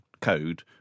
code